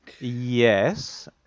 Yes